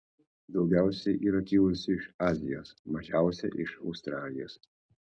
daugiausiai yra kilusių iš azijos mažiausia iš australijos